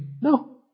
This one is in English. No